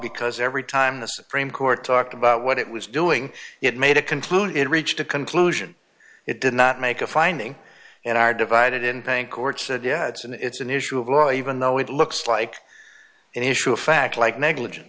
because every time the supreme court talked about what it was doing it made it conclude it reached a conclusion it did not make a finding and are divided in thank court said yeah and it's an issue of law even though it looks like an issue of fact like negligen